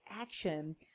action